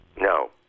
No